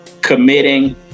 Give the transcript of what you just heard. committing